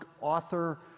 author